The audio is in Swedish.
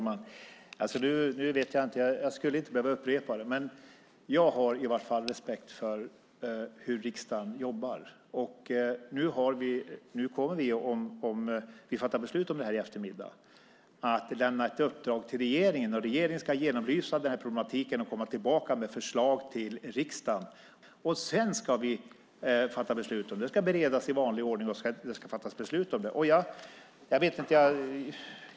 Herr talman! Jag skulle inte behöva upprepa det, men jag har i varje fall respekt för hur riksdagen jobbar. Om vi fattar beslut om det här i eftermiddag kommer vi att lämna ett uppdrag till regeringen, och regeringen ska genomlysa problematiken och komma tillbaka med förslag till riksdagen. Sedan ska vi fatta beslut. Det ska beredas i vanlig ordning, och det ska fattas beslut om det.